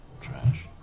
trash